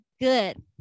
good